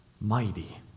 mighty